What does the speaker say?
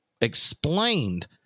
explained